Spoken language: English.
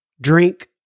drink